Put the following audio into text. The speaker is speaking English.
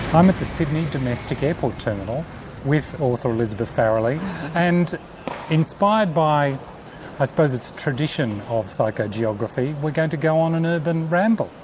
i'm at the sydney domestic airport terminal with author elizabeth farrelly and inspired by i suppose it's a tradition of psychogeography we are going to go on an urban ramble.